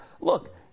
look